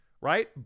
right